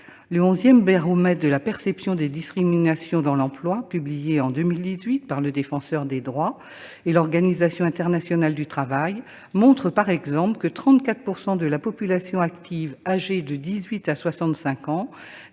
Le onzième baromètre de la perception des discriminations dans l'emploi, publié en 2018 par le Défenseur des droits et l'Organisation internationale du travail, montre par exemple que 34 % de la population active âgée de 18 ans à 65 ans